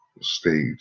stage